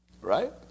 Right